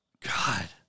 God